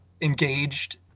engaged